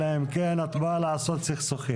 אלא אם כן את באה לעשות סכסוכים.